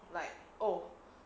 like oh